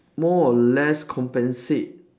more or less compensate